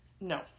no